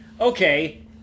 okay